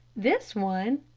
this one,